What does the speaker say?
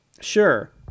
Sure